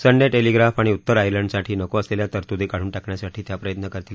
Sunday Telegraph आणि उत्तर आयर्लंडसाठी नको असलेल्या तरतुदी काढून टाकण्यासाठी त्या प्रयत्न करतील